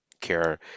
care